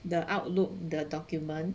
the outlook the document